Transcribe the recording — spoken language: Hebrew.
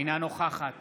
אינה נוכחת